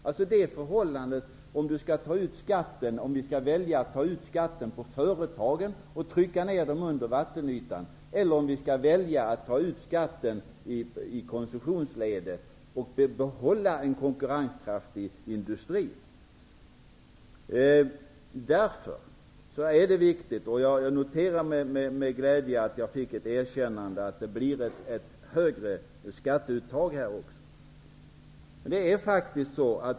Det är frågan om vi skall välja att ta ut skatten på företagen och trycka ned dem under vattenytan, eller om vi skall välja att ta ut skatten i konsumtionsledet och behålla en konkurrenskraftig industri. Jag noterar med glädje att jag fick ett erkännande för att det blir ett högre skatteuttag här också.